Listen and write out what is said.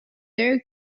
their